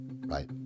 right